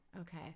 Okay